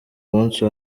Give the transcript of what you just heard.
munsi